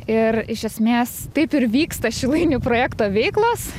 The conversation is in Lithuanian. ir iš esmės taip ir vyksta šilainių projekto veiklos